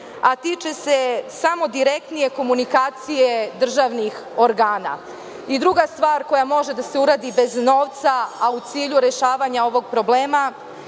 a tiče se samo direktnije komunikacije državnih organa. Druga stvar koja može da se uradi bez novca, a u cilju rešavanja ovog problema